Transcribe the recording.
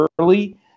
early